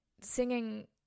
singing